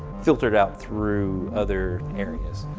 filtered out through other areas.